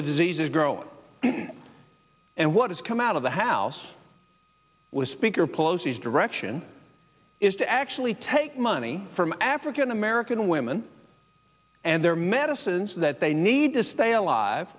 the disease is growing and what has come out of the house was speaker pelosi is direction is to actually take money from african american women and their medicines that they need to stay alive